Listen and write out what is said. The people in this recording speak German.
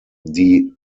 die